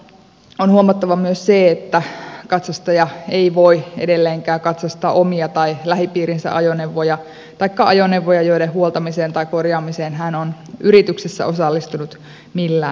on huomattava myös se että katsastaja ei voi edelleenkään katsastaa omia tai lähipiirinsä ajoneuvoja taikka ajoneuvoja joiden huoltamiseen tai korjaamiseen hän on yrityksessä osallistunut millään tavoin